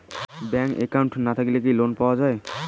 Bank account না থাকিলে কি লোন পাওয়া য়ায়?